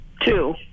two